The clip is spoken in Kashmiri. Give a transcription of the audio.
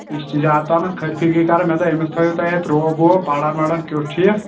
یہِ چھ زیٛادٕ پہم خرفٕگی کران مےٚ دوٚپ أمِس تھأوِو تُہۍ اَتہِ روب ووب پران وران کیُتھ چھُ یہِ